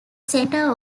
center